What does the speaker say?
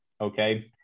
Okay